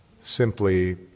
simply